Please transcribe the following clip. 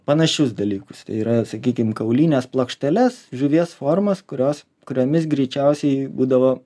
panašius dalykus tai yra sakykim kaulines plokšteles žuvies formos kurios kuriomis greičiausiai būdavo